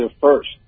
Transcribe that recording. first